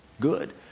Good